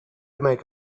make